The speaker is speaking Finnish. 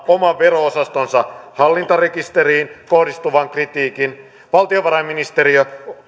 oman vero osastonsa hallintarekisteriin kohdistuvan kritiikin valtiovarainministeriö